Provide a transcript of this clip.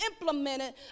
implemented